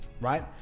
right